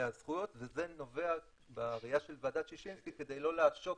הזכויות וזה נובע בראייה של ועדת ששינסקי כדי לא לעשוק,